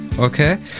Okay